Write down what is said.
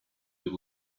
your